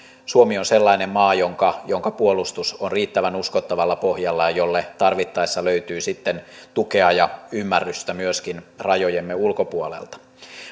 suomi on sellainen maa jonka jonka puolustus on riittävän uskottavalla pohjalla ja jolle tarvittaessa löytyy sitten tukea ja ymmärrystä myöskin rajojemme ulkopuolelta